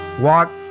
walk